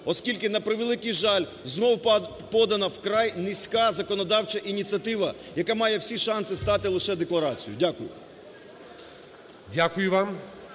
Оскільки, на превеликий жаль, знову подана вкрай низька законодавча ініціатива, яка має всі шанси стати лише декларацією. Дякую.